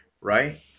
right